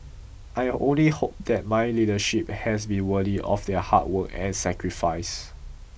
I only hope that my leadership has been worthy of their hard work and sacrifice